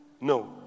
No